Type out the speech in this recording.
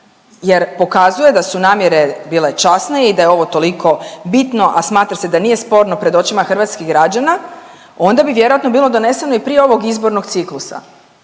jer pokazuje da su namjere bile časne i da je ovo toliko bitno, a smatra se da nije sporno pred očima hrvatskih građana, onda bi vjerojatno bilo doneseno i prije ovog izbornog ciklusa.